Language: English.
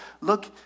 look